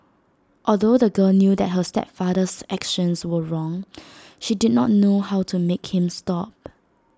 although the girl knew that her stepfather's actions were wrong she did not know how to make him stop